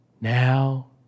now